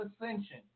ascension